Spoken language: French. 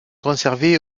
conservées